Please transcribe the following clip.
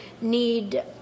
need